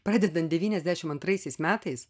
pradedant devyniasdešimt antraisiais metais